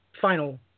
final